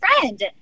friend